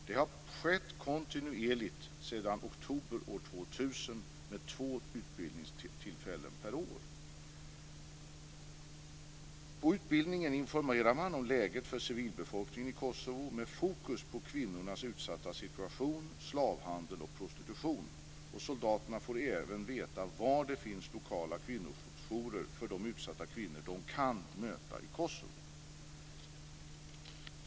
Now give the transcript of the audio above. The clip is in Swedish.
Det har skett kontinuerligt sedan oktober år 2000 med två utbildningstillfällen per år. Vid utbildningen informerar man om läget för civilbefolkningen i Kosovo med fokus på kvinnornas utsatta situation, slavhandel och prostitution. Soldaterna får även veta var det finns lokala kvinnojourer för de utsatta kvinnor de kan möta i Kosovo.